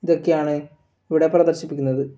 ഇതൊക്കെയാണ് ഇവിടെ പ്രദർശിപ്പിക്കുന്നത്